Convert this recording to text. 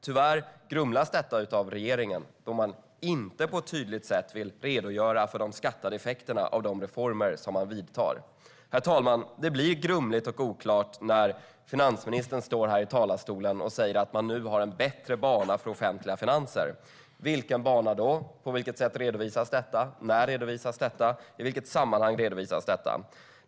Tyvärr grumlas detta av regeringen eftersom man inte på ett tydligt sätt vill redogöra för de skattade effekterna av de reformer man vidtar. Herr talman! Det blir grumligt och oklart när finansministern står i talarstolen och säger att man nu har en bättre bana för offentliga finanser. Vilken bana då? På vilket sätt redovisas det? När redovisas det? I vilket sammanhang redovisas det?